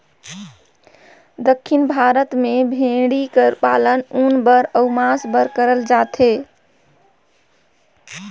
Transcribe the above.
दक्खिन भारत में भेंड़ी कर पालन ऊन बर अउ मांस बर करल जाथे